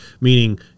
Meaning